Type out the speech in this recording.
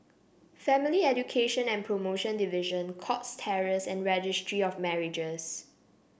Family Education and Promotion Division Cox Terrace and Registry of Marriages